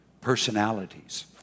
personalities